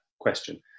question